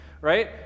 right